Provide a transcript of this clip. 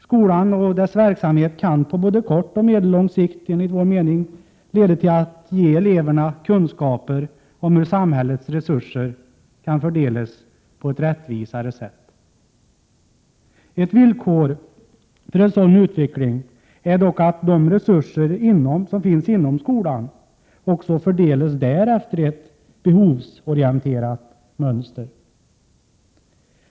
Skolan och dess verksamhet kan enligt vår mening på både kort och medellång sikt ge eleverna kunskaper om hur samhällets resurser kan fördelas på ett rättvisare sätt. Ett villkor för en sådan utveckling är dock att de resurser som finns inom skolan också fördelas där efter ett behovsorienterat mönster.